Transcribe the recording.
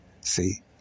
see